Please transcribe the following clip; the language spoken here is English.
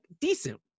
decent